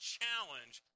challenge